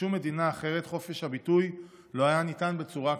בשום מדינה אחרת חופש הביטוי לא היה ניתן בצורה כזאת.